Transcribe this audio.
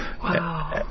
Wow